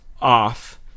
off